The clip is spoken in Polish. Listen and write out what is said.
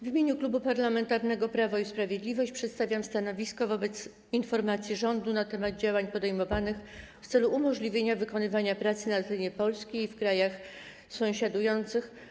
W imieniu Klubu Parlamentarnego Prawo i Sprawiedliwość przedstawiam stanowisko wobec Informacji Rządu na temat działań podejmowanych w celu umożliwienia wykonywania pracy na terenie Polski i w krajach sąsiadujących,